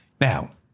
Now